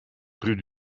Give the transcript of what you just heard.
rue